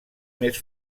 més